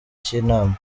cy’inama